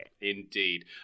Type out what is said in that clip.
indeed